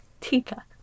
Tika